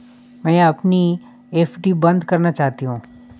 मैं अपनी एफ.डी बंद करना चाहती हूँ